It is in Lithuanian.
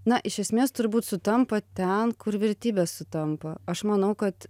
na iš esmės turbūt sutampa ten kur vertybės sutampa aš manau kad